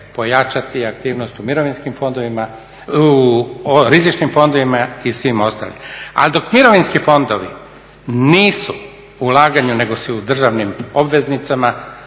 pojačati aktivnost u rizičnim fondovima i svima ostalim. Ali dok mirovinski fondovi nisu u ulaganju nego su u državnim obveznicama